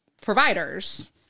providers